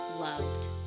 loved